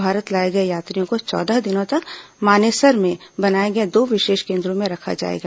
भारत लाये गये यात्रियों को चौदह दिनों तक मानेसर में बनाये गये दो विशेष केन्द्रों में रखा जाएगा